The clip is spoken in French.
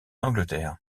angleterre